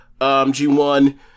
G1